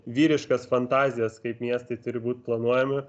vyriškas fantazijas kaip miestai turi būt planuojami